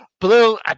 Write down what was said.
Blue